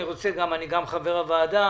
גם אני חבר הועדה